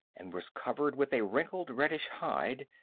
and was covered with a wrinkled, reddish hide.